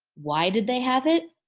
why did they have it?